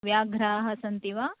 व्याघ्राः सन्ति वा